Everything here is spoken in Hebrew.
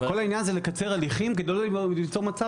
כל העניין זה לקצר הליכים כדי לא ליצור מצב